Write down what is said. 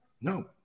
No